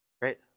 Great